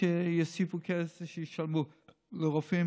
אני התנגדתי שיוסיפו, שישלמו לרופאים.